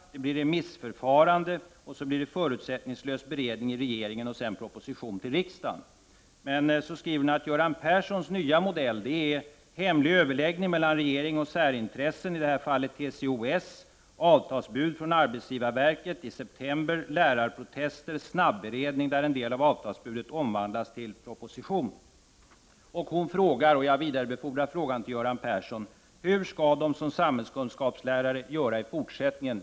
Därefter blir det remissförfarande, och så blir det en förutsättningslös beredning i regeringen och sedan en proposition till riksdagen. Men så skriver hon att Göran Perssons nya modell är ”hemlig överläggning mellan regering och särintressen” — i det här fallet TCO-S — ”avtalsbud från arbetsgivarverket i september, lärarprotester, snabberedning där en del av avtalsbudet omvandlas till proposition”. Hon frågar — och jag vidarebefordrar frågan till Göran Persson — hur de skall göra som samhällskunskapslärare i fortsättningen.